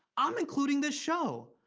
i'm including this show.